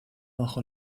bajo